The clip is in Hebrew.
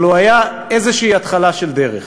אבל הוא היה איזו התחלה של דרך,